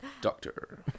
Doctor